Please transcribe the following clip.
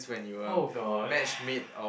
!oh-god!